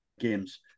games